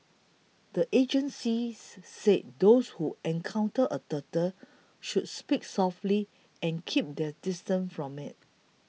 the agencies said those who encounter a turtle should speak softly and keep their distance from it